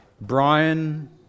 Brian